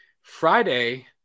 Friday